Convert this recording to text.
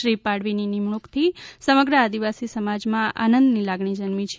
શ્રી પાડવીની નિમણૂંકથી સમગ્ર આદિવાસી સમાજમાં આનંદની લાગણી જન્મી છે